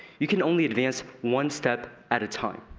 you can only advance one step at a time.